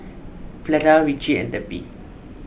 Fleda Ritchie and Debbie